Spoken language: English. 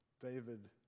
David